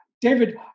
David